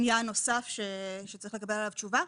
עניין נוסף שצריך לקבל עליו תשובה.